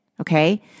Okay